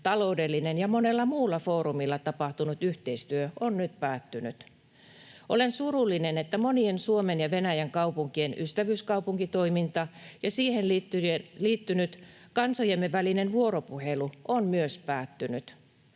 taloudellinen ja monella muulla foorumilla tapahtunut yhteistyö on nyt päättynyt. Olen surullinen, että myös monien Suomen ja Venäjän kaupunkien ystävyyskaupunkitoiminta ja siihen liittynyt kansojemme välinen vuoropuhelu on päättynyt.